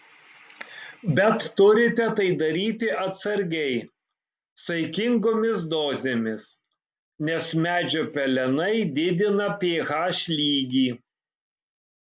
bet turite tai daryti atsargiai saikingomis dozėmis nes medžio pelenai didina ph lygį